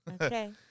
Okay